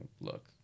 look